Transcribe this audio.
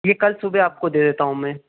फिर कल सुबह आपको दे देता हूँ मैं